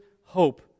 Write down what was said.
hope